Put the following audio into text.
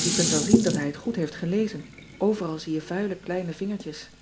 e kunt wel zien dat hij het goed heeft gelezen overal zie je vuile kleine vingertjes